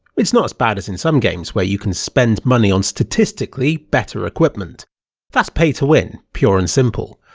it's not as bad as in some games, where you can spend money on statistically better equipment that's pay to win, pure and simple.